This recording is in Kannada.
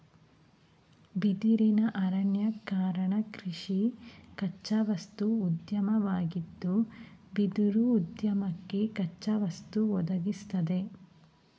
ಬಿದಿರಿನ ಅರಣ್ಯೀಕರಣಕೃಷಿ ಕಚ್ಚಾವಸ್ತು ಉದ್ಯಮವಾಗಿದ್ದು ಬಿದಿರುಉದ್ಯಮಕ್ಕೆ ಕಚ್ಚಾವಸ್ತು ಒದಗಿಸ್ತದೆ